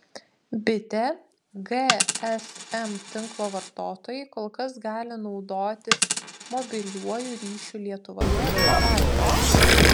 bitė gsm tinklo vartotojai kol kas gali naudotis mobiliuoju ryšiu lietuvoje ir danijoje